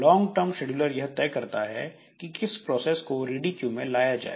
लोंग term scheduler यह तय करता है कि किस प्रोसेस को रेडी क्यू में लाया जाए